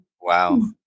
Wow